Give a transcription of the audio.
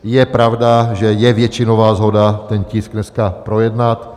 Je pravda, že je většinová shoda ten tisk dneska projednat.